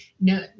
no